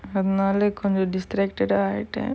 அதனால கொஞ்சோ:athanaala konjo distracted ஆகிட்ட:aagitta